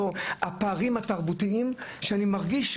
הפערים התרבותיים שאני מרגיש.